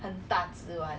okay lah but you